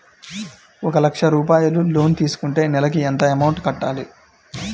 ఒక లక్ష రూపాయిలు లోన్ తీసుకుంటే నెలకి ఎంత అమౌంట్ కట్టాలి?